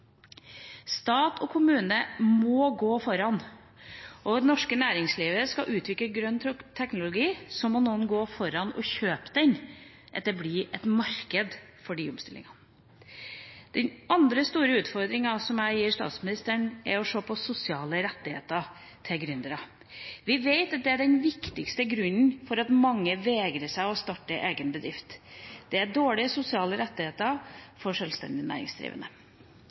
Stat og kommune må gå foran. Og når det norske næringslivet skal utvikle grønn teknologi, må noen gå foran og kjøpe den, slik at det blir et marked for de omstillingene. Den andre store utfordringa som jeg gir statsministeren, er å se på sosiale rettigheter til gründere. Vi vet at den viktigste grunnen til at mange vegrer seg for å starte egen bedrift, er dårlige sosiale rettigheter for sjølstendig næringsdrivende.